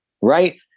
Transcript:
Right